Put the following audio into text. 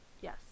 Yes